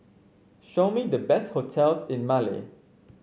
show me the best hotels in Male